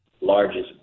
largest